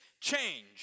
change